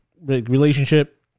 relationship